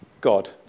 God